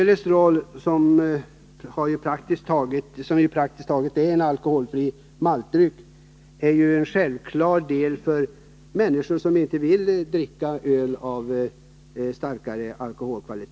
Den praktiskt taget alkoholfria maltdrycken lättöl är ett självklart alternativ för många människor, som inte vill dricka öl med större alkoholstyrka.